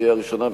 בקריאה הראשונה,